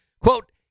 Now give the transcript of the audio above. Quote